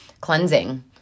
cleansing